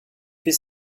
fais